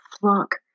flock